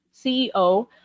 CEO